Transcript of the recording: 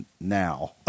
now